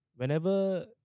whenever